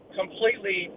completely